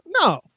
no